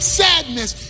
sadness